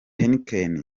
heineken